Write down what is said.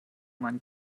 meinen